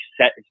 set